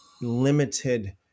limited